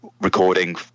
recording